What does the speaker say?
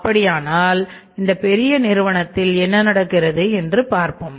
அப்படியானால் இந்த பெரிய நிறுவனத்தில் என்ன நடக்கிறது என்று பார்ப்போம்